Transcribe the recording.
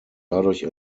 dadurch